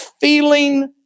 feeling